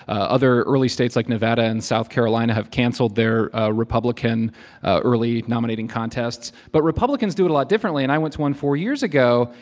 other early states like nevada and south carolina have canceled their ah republican ah early nominating contests, but republicans do it a lot differently. and i went to one four years ago,